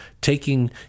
taking